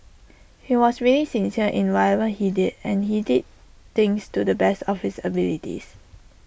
he was really sincere in whatever he did and he did things to the best of his abilities